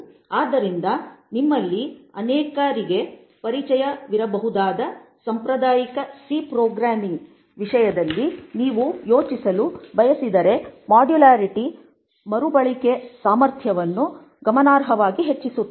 ಆದ್ದರಿಂದ ನಿಮ್ಮಲ್ಲಿ ಅನೇಕರಿಗೆ ಪರಿಚಯವಿರಬಹುದಾದ ಸಾಂಪ್ರದಾಯಿಕ ಸಿ ಪ್ರೋಗ್ರಾಮಿಂಗ್ ವಿಷಯದಲ್ಲಿ ನೀವು ಯೋಚಿಸಲು ಬಯಸಿದರೆ ಮಾಡ್ಯುಲ್ಯಾರಿಟಿ ಮರುಬಳಕೆ ಸಾಮರ್ಥ್ಯವನ್ನು ಗಮನಾರ್ಹವಾಗಿ ಹೆಚ್ಚಿಸುತ್ತದೆ